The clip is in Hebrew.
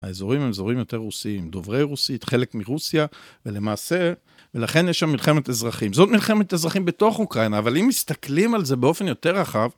האזורים הם אזורים יותר רוסיים, דוברי רוסית, חלק מרוסיה, ולמעשה, ולכן יש שם מלחמת אזרחים. זאת מלחמת אזרחים בתוך אוקראינה, אבל אם מסתכלים על זה באופן יותר רחב...